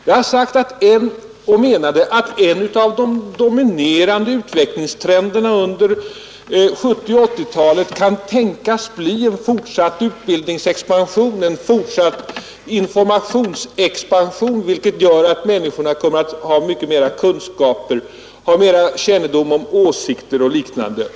Jag har sagt och menat att en av de dominerande utvecklingstrenderna under både 1970 och 1980-talen kan tänkas bli en fortsatt utbildningsoch informationsexpansion, vilket kan föra med sig att människorna får mycket bättre kunskaper och större kännedom om åsikter och liknande.